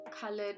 colored